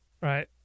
right